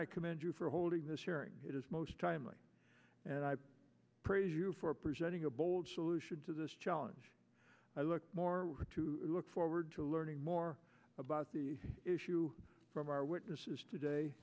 i commend you for holding this hearing it is most timely and i praise you for presenting a bold solution to this challenge i look more to look forward to learning more about the issue from our witnesses today